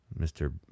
Mr